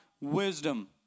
wisdom